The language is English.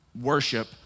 worship